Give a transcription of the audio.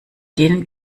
denen